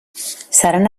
seran